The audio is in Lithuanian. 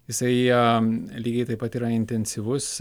jisai jam lygiai taip pat yra intensyvus